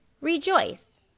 rejoice